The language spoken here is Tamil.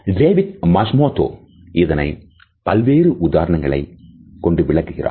டேவிட் மசுமோட்டோ இதனை பல்வேறு உதாரணங்களை விளக்குகிறார்